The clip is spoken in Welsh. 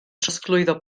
trosglwyddo